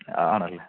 ആണല്ലേ